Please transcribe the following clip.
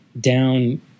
down